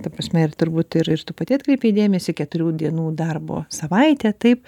ta prasme ir turbūt ir ir tu pati atkreipei dėmesį keturių dienų darbo savaitė taip